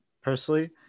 Personally